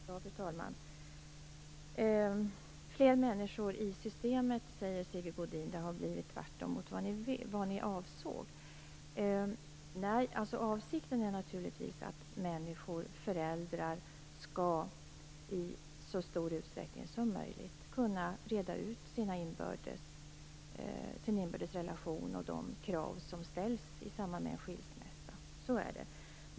Fru talman! Sigge Godin säger att det finns fler människor i systemet än tidigare och att det har blivit tvärtemot vad vi avsåg. Avsikten är naturligtvis att föräldrar i så stor utsträckning som möjligt skall kunna reda ut sin inbördes relation och klara de krav som ställs i samband med en skilsmässa. Så är det.